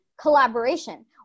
collaboration